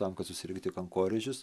tam kad susirinkti kankorėžius